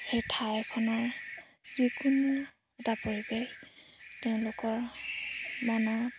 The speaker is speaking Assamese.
সেই ঠাইখনৰ যিকোনো এটা পৰিৱেশ তেওঁলোকৰ মনত